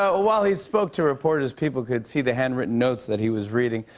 ah while he spoke to reporters, people could see the handwritten notes that he was reading,